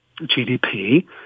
GDP